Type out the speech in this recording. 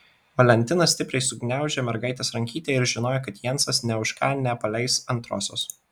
valentina stipriai sugniaužė mergaitės rankytę ir žinojo kad jensas nė už ką nepaleis antrosios